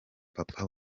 papa